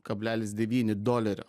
kablelis devyni dolerio